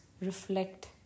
reflect